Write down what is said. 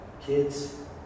kids